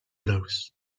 blows